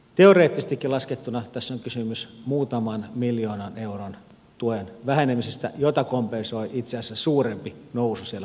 teoreettisestikin laskettuna tässä on kysymys muutaman miljoonan euron tuen vähenemisestä jota kompensoi itse asiassa suurempi nousu siellä metsähakkeen puolella